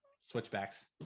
switchbacks